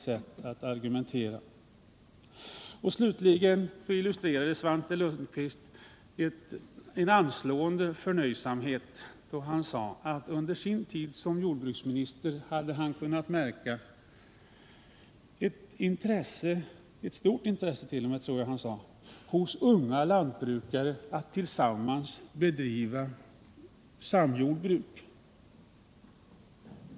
Slutligen illustrerade Svante Lundkvist en anslående förnöjsamhet då han sade att han under sin tid som jordbruksminister hade kunnat märka ett intresse — ett stort intresse, tror jag t.o.m. att han sade — hos unga lantbrukare för att bedriva samjordbruk.